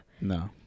No